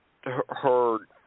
heard –